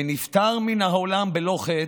ונפטר מן העולם בלא חטא,